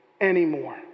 anymore